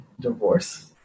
divorce